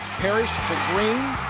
parrish to green.